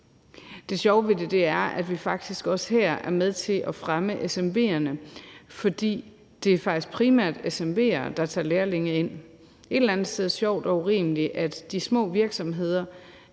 Det sjove ved det er, at vi også her er med til at fremme SMV'erne, for det er faktisk primært SMV'er, der tager lærlinge ind. Det er et eller andet sted urimeligt, at de små virksomheder